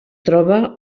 troba